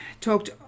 talked